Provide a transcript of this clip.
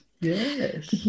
yes